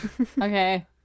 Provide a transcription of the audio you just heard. Okay